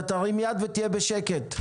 אתה תרים יד ותהיה בשקט.